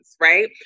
Right